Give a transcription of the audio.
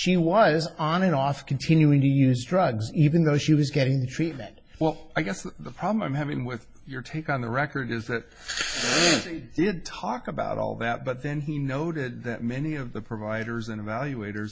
she was on and off continuing to use drugs even though she was getting treatment well i guess the problem i'm having with your take on the record is that i did talk about all that but then he noted that many of the providers and evaluat